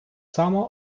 само